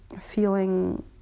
feeling